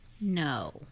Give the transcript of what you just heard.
No